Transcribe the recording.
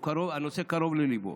הנושא קרוב לליבו.